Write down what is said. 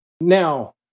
Now